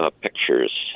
pictures